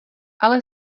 ale